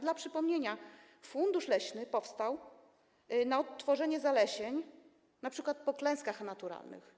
Dla przypomnienia: fundusz leśny powstał na odtworzenie zalesień, np. po klęskach naturalnych.